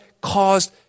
caused